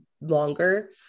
longer